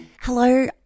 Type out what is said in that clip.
Hello